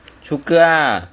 suka ah